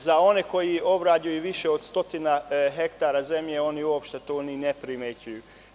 Za one koji obrađuju više od 100 hektara zemlje oni uopšte to ni ne primećuju.